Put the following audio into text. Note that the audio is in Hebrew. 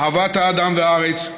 אהבת האדם והארץ,